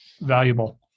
valuable